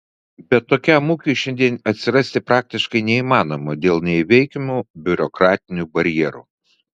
bet tokiam ūkiui šiandien atsirasti praktiškai neįmanoma dėl neįveikiamų biurokratinių barjerų